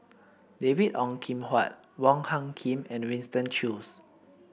David Ong Kim Huat Wong Hung Khim and Winston Choos